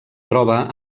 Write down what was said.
troba